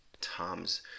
Tom's